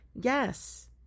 Yes